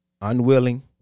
unwilling